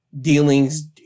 dealings